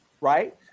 right